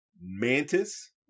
Mantis